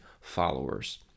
followers